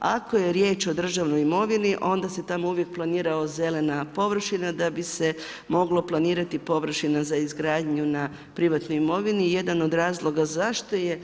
Ako je riječ o državnoj imovini onda se tamo uvijek planirala zelena površina da bi se mogla planirati površina za izgradnju na privatnoj imovini i jedan od razloga zašto je